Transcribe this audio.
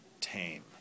tame